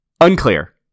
Unclear